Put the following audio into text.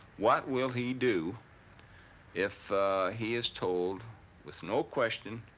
what will he do if he is told with no question,